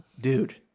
Dude